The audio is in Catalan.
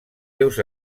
seus